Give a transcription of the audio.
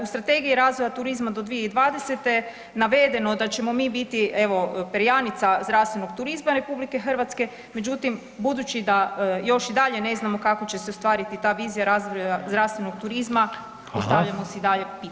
U Strategiji razvoja turizma do 2020. navedeno da ćemo mi biti perjanica zdravstvenog turizma RH, međutim, budući da još i dalje ne znamo kako će se ostvariti ta vizija zdravstvenog turizma, [[Upadica: Hvala.]] postavljamo si i dalje pitanja.